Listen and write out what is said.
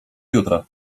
jutra